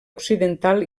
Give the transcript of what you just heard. occidental